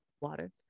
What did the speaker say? water